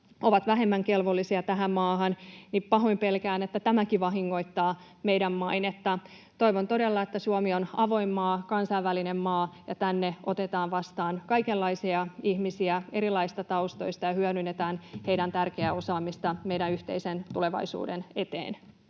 ovat vähemmän kelvollisia tähän maahan, pahoin pelkään, että tämäkin vahingoittaa meidän mainettamme. Toivon todella, että Suomi on avoin maa, kansainvälinen maa, ja tänne otetaan vastaan kaikenlaisia ihmisiä erilaisista taustoista ja hyödynnetään heidän tärkeää osaamistaan meidän yhteisen tulevaisuutemme eteen.